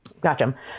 Gotcha